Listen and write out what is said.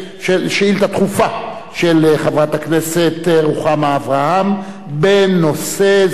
של חברת הכנסת רוחמה אברהם בנושא: סגירת